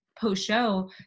post-show